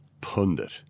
pundit